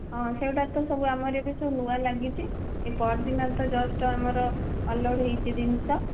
ହଁ ସେଗୁଡ଼ା ତ ସବୁ ଆମର ଏବେ ସବୁ ନୂଆ ଲାଗିଛି ପହରଦିନ ତ ଜଷ୍ଟ୍ ଆମର ଅନ୍ଲୋଡ଼୍ ହୋଇଛି ଜିନିଷ